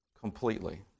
completely